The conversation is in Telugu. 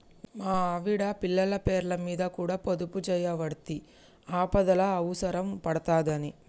మా ఆవిడ, పిల్లల పేర్లమీద కూడ పొదుపుజేయవడ్తి, ఆపదల అవుసరం పడ్తదని